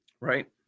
Right